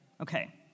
Okay